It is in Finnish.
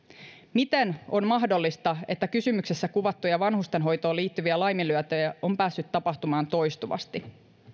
miten on mahdollista että kysymyksessä kuvattuja vanhusten hoitoon liittyviä laiminlyöntejä on päässyt tapahtumaan toistuvasti